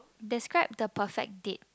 describe the perfect date